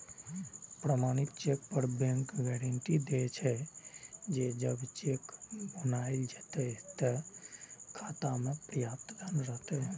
प्रमाणित चेक पर bank guarantee दै छे, जे जब चेक भुनाएल जेतै, ते खाता मे पर्याप्त धन रहतै